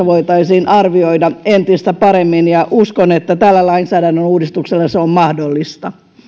voitaisiin arvioida entistä paremmin ja uskon että tällä lainsäädännön uudistuksella se on mahdollista